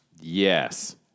Yes